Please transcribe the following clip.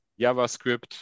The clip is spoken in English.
javascript